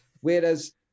Whereas